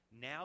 Now